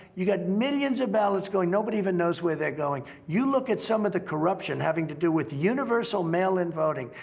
you got millions of ballots going. nobody even knows where they're going. you look at some of the corruption having to do with universal mail-in voting.